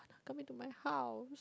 come into my house